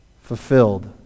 fulfilled